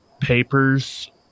papers